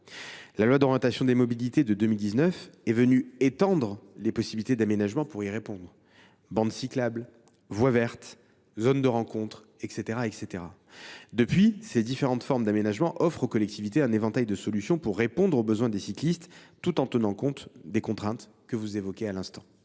La loi d’orientation des mobilités de 2019 a étendu les possibilités d’aménagements pour répondre à cette obligation : bandes cyclables, voies vertes, zones de rencontre, etc. Depuis, ces différentes formes d’aménagements offrent aux collectivités un éventail de solutions pour répondre aux besoins des cyclistes, tout en tenant compte des contraintes que vous venez d’évoquer.